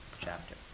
chapter